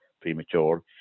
premature